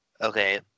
Okay